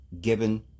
given